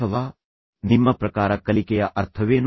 ಅಥವಾ ನಿಮ್ಮ ಪ್ರಕಾರ ಕಲಿಕೆಯ ಅರ್ಥವೇನು